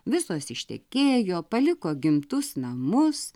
visos ištekėjo paliko gimtus namus